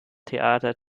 theater